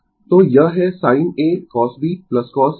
तो यह है sin a cos b cos a sin b